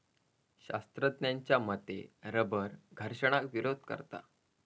शास्त्रज्ञांच्या मते रबर घर्षणाक विरोध करता